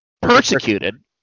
persecuted